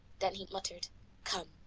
then he muttered come.